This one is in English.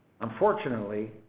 Unfortunately